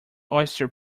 oyster